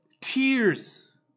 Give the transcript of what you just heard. tears